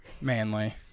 manly